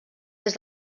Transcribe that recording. des